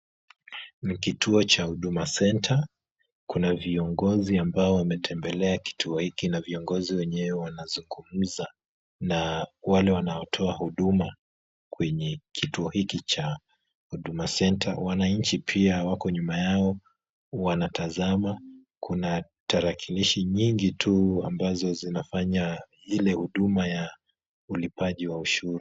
Ni kituo cha Huduma Center, kuna viongozi ambao wametembelea kituo hiki na viongozi wenyewe wanazungumza na wale wanaotoa huduma kwenye kituo hiki cha Huduma Center. Wananchi pia, wako nyuma yao wanatazama. Kuna tarakilishi nyingi tu ambazo zinafanya ile huduma ya ulipaji wa ushuru.